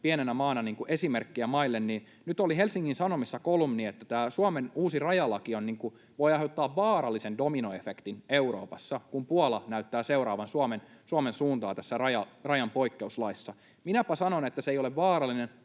pienenä maana esimerkkiä toisille maille, niin nyt oli Helsingin Sanomissa kolumni, että tämä Suomen uusi rajalaki voi aiheuttaa vaarallisen dominoefektin Euroopassa, kun Puola näyttää seuraavan Suomen suuntaa tässä rajan poikkeuslaissa. Minäpä sanon, että se ei ole vaarallinen